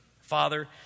Father